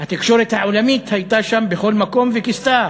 התקשורת העולמית הייתה שם בכל מקום וכיסתה,